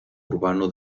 urbano